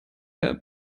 der